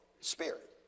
spirit